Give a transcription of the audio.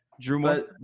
Drew